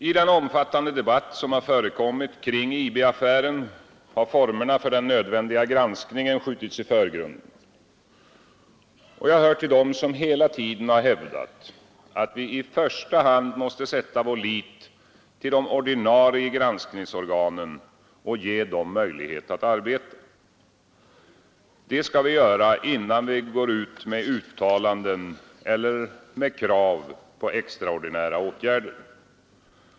I den omfattande debatt som förekommit kring IB-affären har formerna för den nödvändiga granskningen skjutits i förgrunden. Jag hör till dem som hela tiden har hävdat, att vi i första hand måste sätta vår lit till de ordinarie granskningsorganen och ge dem möjlighet att arbeta, innan vi går ut med uttalanden eller med krav på extraordinära åtgärder.